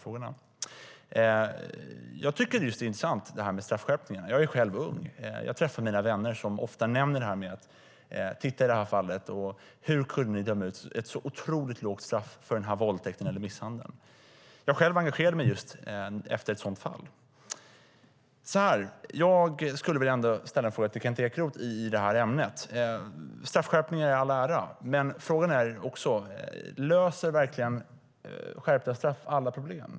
Jag tycker att frågan om straffskärpningarna är intressant. Jag är själv ung, och när jag träffar mina vänner hänvisar de ofta till vissa brott och frågar hur vi kunde döma ut ett så oerhört lågt straff för våldtäkten eller misshandeln. Själv engagerade jag mig just efter ett sådant fall. Straffskärpning i all ära, men frågan är om skärpta straff löser alla problem.